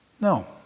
no